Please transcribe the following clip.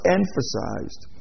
emphasized